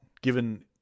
given